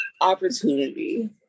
opportunity